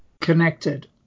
connected